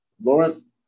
Lawrence